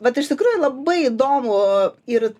bet iš tikrųjų labai įdomu ir